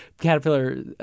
caterpillar